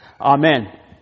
Amen